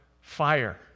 fire